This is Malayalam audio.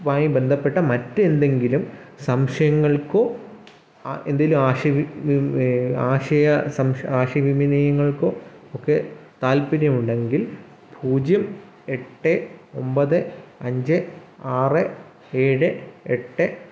ആയി ബന്ധപ്പെട്ട മറ്റ് എന്തെങ്കിലും സംശയങ്ങൾക്കോ എന്തേലും ആശയ വിനിമ ആശയ സംശയ ആശയ വിനിമയങ്ങൾക്കോ ഒക്കെ താല്പര്യമുണ്ടെങ്കിൽ പൂജ്യം എട്ട് ഒമ്പത് അഞ്ച് ആറ് ഏഴ് എട്ട്